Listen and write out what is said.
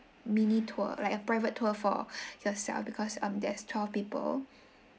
mini tour like a private tour for yourself because um there's twelve people